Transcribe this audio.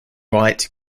riot